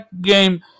game